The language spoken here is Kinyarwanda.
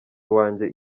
uwanjye